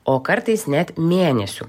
o kartais net mėnesių